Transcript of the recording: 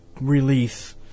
release